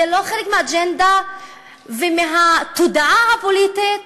זה לא חלק מהאג'נדה ומהתודעה הפוליטית